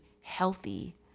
healthy